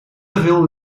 veel